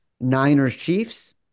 Niners-Chiefs